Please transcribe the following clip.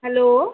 hello